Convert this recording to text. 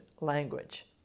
language